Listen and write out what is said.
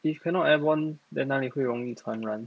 if cannot airborne then 哪里会容易传染